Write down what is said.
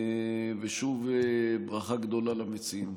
שוב, ברכה גדולה למציעים.